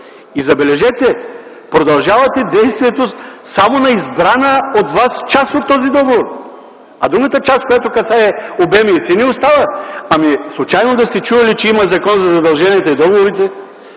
Забележете, продължавате действието само на избрана от вас част от този договор, а другата част, която касае обеми и цени – остава. Случайно да сте чували, че има Закон за задълженията и договорите?